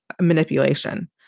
manipulation